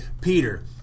Peter